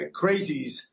crazies